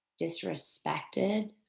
disrespected